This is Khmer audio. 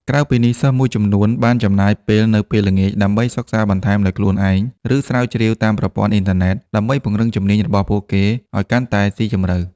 ក្រៅពីនេះ សិស្សមួយចំនួនបានចំណាយពេលនៅពេលល្ងាចដើម្បីសិក្សាបន្ថែមដោយខ្លួនឯង ឬស្រាវជ្រាវតាមប្រព័ន្ធអ៊ីនធឺណិតដើម្បីពង្រឹងជំនាញរបស់ពួកគេឱ្យកាន់តែស៊ីជម្រៅ។